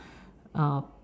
uh